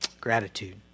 gratitude